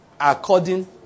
according